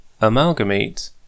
Amalgamate